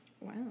Wow